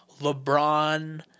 LeBron